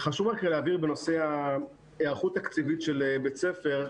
חשוב רק להבהיר בנושא ההיערכות התקציבית של בית ספר,